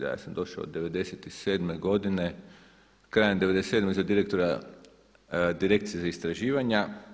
Ja sam došao '97. godine, krajem '97. za direktora Direkcije za istraživanja.